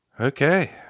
okay